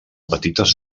petites